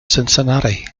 cincinnati